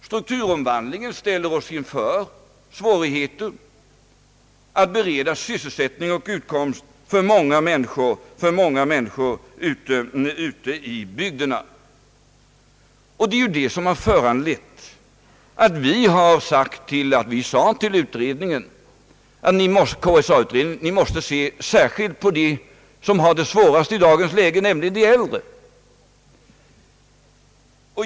Strukturomvandlingen ställer oss inför svårigheter att bereda sysselsättning och utkomst för många människor ute i bygderna. Det är ju detta som har föranlett att vi har sagt till KSA-utredningen: Ni måste se särskilt på dem som har det svårast i dagens läge, nämligen de äldre.